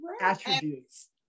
attributes